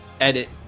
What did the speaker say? edit